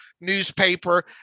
newspaper